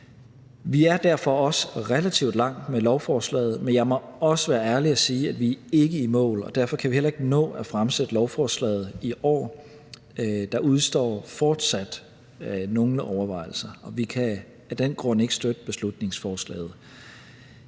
Vi er derfor også relativt langt med lovforslaget, men jeg må også være ærlig og sige, at vi ikke er i mål, og derfor kan vi heller ikke nå at fremsætte lovforslaget i år. Der udestår fortsat nogle overvejelser, og vi kan af den grund ikke støtte beslutningsforslaget.